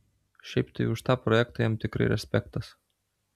šiaip tai už tą projektą jam tikrai respektas